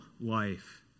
life